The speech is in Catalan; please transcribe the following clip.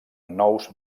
nous